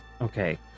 Okay